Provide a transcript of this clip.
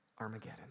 Armageddon